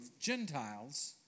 Gentiles